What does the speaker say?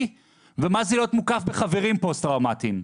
ומה זה להיות מוקף בחברים פוסט טראומטיים.